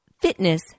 fitness